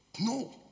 No